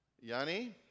Yanni